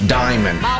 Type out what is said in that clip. diamond